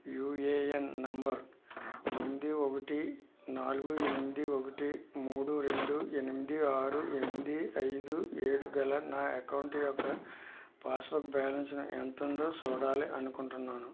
UAN number తొమ్మిది ఒకటి నాలుగు ఎనిమిది ఒకటి మూడు రెండు ఎనిమిది ఆరు ఎనిమిది ఐదు ఏడు గల నా అకౌంటు యొక్క పాస్బుక్ బ్యాలన్స్ ఎంతుందో చూడాలి అనుకుంటున్నాను